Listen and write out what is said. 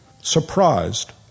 surprised